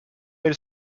elle